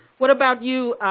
what about you,